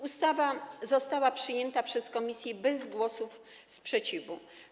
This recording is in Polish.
Ustawa została przyjęta przez komisję bez głosów sprzeciwu.